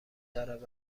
دارد